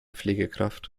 pflegekraft